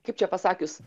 kaip čia pasakius